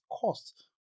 cost